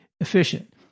efficient